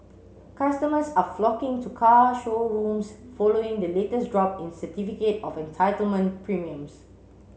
customers are flocking to car showrooms following the latest drop in certificate of entitlement premiums